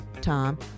Tom